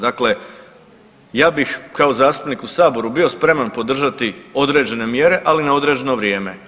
Dakle, ja bih kao zastupnik u Saboru bio spreman podržati određene mjere, ali na određeno vrijeme.